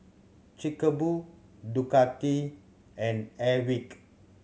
Chic a Boo Ducati and Airwick